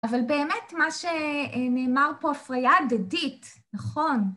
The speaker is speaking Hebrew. אבל באמת, מה שנאמר פה, פריה דדית, נכון.